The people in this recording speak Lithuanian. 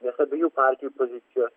nes abiejų partijų pozicija